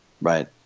Right